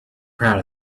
proud